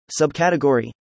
Subcategory